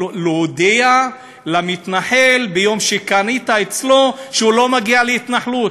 להודיע למתנחל ביום שקנה אצלו שהוא לא מגיע להתנחלות.